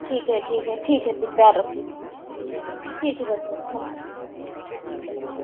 ठीक है ठीक है ठीक है फिर तैयार रखेंगे ठीक है भाई साहब नमस्ते ठीक है नमस्ते